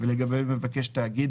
ולגבי מבקש תאגיד,